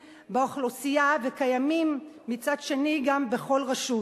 באוכלוסייה וקיימים מצד שני גם בכל רשות.